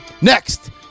Next